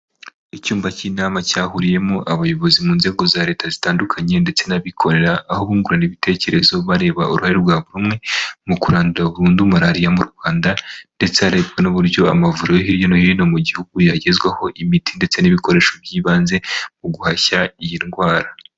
Icyumba cy'inama cyahuriyemo abayobozi mu nzego za leta zitandukanye ndetse n'abikorera, bungurana ibitekerezo bareba uruhare rwa buri umwe mu kurandura burundu malariya mu Rwanda, ndetse harebwa n'uburyo amavuriro yo hirya no hino mu gihugu, yagezwaho imiti ndetse n'ibikoresho by'ibanze mu guhashya iyi ndwara.